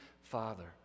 father